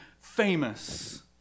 famous